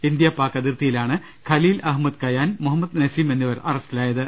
India Pak അതിർത്തിയിലാണ് ഖലീൽ അഹമ്മദ് കയാൻ മുഹമ്മദ് നസീം എന്നിവരെ അറസ്റ്റ് ചെയ്തത്